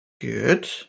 Good